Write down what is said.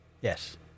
Yes